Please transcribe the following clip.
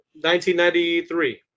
1993